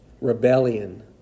Rebellion